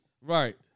Right